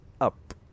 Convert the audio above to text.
up